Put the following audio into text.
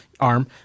arm